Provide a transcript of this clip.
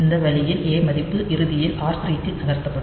இந்த வழியில் a மதிப்பு இறுதியில் r3 க்கு நகர்த்தப்படும்